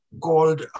called